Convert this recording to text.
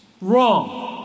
wrong